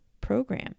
program